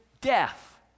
death